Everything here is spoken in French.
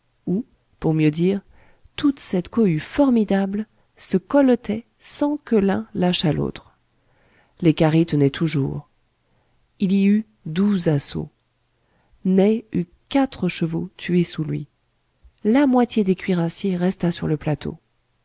ou pour mieux dire toute cette cohue formidable se colletait sans que l'un lâchât l'autre les carrés tenaient toujours il y eut douze assauts ney eut quatre chevaux tués sous lui la moitié des cuirassiers resta sur le plateau